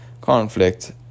conflict